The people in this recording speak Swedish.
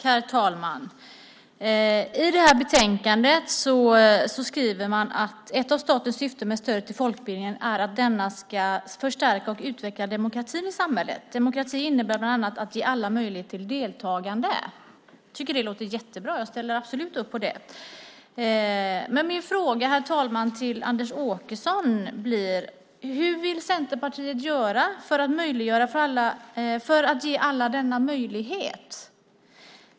Herr talman! I betänkandet skriver man: Ett av statens syften med stödet till folkbildningen är att denna ska stärka och utveckla demokratin i samhället. Det innebär bland annat att ge alla möjlighet till deltagande. Jag tycker att det låter jättebra. Jag ställer absolut upp på det. Herr talman! Min fråga till Anders Åkesson blir: Hur vill Centerpartiet göra att för att ge alla denna möjlighet?